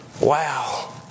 Wow